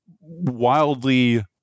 wildly